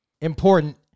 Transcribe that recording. important